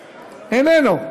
איננו.